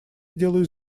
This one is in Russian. сделаю